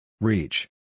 Reach